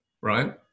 right